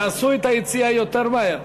תעשו את היציאה יותר מהר.